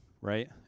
right